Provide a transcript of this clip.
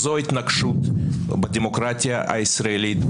זאת התנקשות בדמוקרטיה הישראלית,